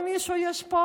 למישהו יש פה